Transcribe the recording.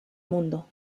mundo